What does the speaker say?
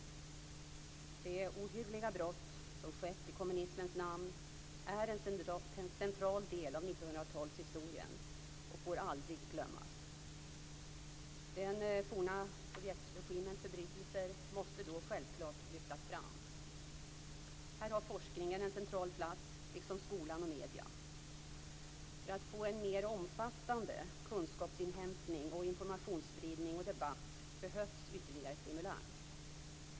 De ohyggliga brott som skett i kommunismens namn är en central del av 1900 talshistorien och får aldrig glömmas. Den forna Sovjetregimens förbrytelser måste då självklart lyftas fram. Här har forskningen en central plats, liksom skolan och medierna. För att få en mer omfattande kunskapsinhämtning, informationsspridning och debatt behövs ytterligare stimulans.